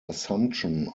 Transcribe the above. assumption